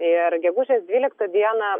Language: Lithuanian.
ir gegužės dvyliktą dieną